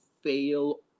fail